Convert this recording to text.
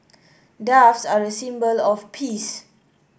doves are a symbol of peace